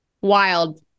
Wild